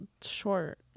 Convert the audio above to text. short